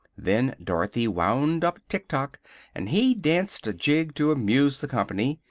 then dorothy wound up tik-tok and he danced a jig to amuse the company,